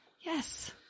Yes